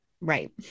right